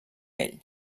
ell